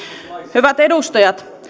hyvät edustajat